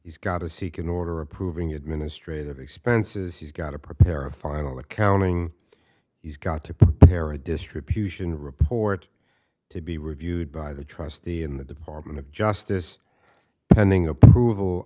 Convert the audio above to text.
he's got a second order approving administrative expenses he's got to prepare a final accounting he's got to prepare a distribution report to be reviewed by the trustee in the department of justice pending approval